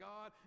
God